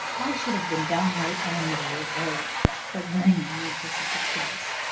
i should have been downright angry with harriot freke for bringing me to such a place,